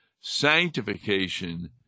Sanctification